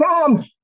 tom